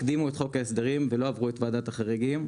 הקדימו את חוק ההסדרים ולא עברו את ועדת החריגים.